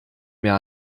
mehr